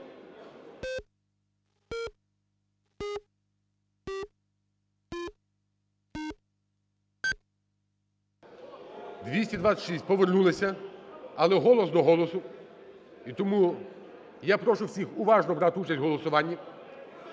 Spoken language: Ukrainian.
За-226 Повернулися, але голос до голосу. І тому я прошу всіх уважно брати участь у голосуванні.